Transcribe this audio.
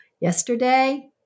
Yesterday